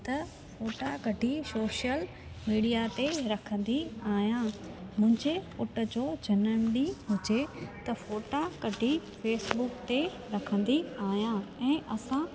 त फ़ोटा कढी सोशल मीडिया ते रखंदी आहियां मुंहिंजे पुटु जो जनमु ॾींहुं हुजे त फ़ोटा कढी फेसबुक ते रखंदी आहियां ऐं असां